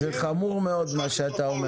זה חמור מאוד, מה שאתה אומר.